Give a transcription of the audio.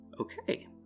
Okay